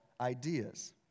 ideas